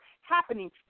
happening